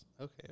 Okay